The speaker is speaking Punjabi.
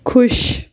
ਖੁਸ਼